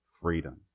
freedom